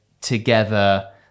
together